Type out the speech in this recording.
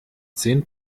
zehn